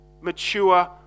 mature